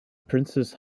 princes